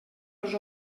els